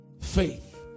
faith